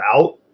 out